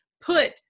put